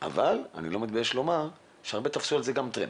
אני לא מתבייש לומר שהרבה תפסו על זה טרמפ.